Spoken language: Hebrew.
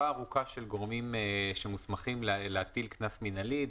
ארוכה של גורמים שמוסמכים להטיל קנס מנהלי,